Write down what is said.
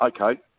Okay